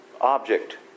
object